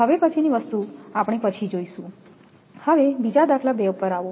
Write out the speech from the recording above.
હવે પછીની વસ્તુ આપણે પછી જોઈશું હવે બીજા દાખલા 2 પર આવો